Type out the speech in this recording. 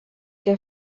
que